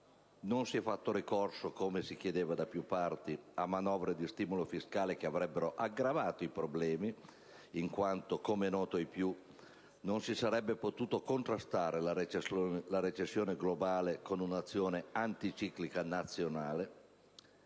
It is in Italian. non si è fatto ricorso, come si chiedeva da più parti, a manovre di stimolo fiscale, che avrebbero aggravato i problemi, in quanto, com'è noto ai più, non si sarebbe potuta contrastare la recessione globale con un'azione anticiclica nazionale.